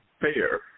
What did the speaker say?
fair